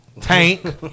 Tank